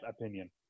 opinion